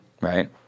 right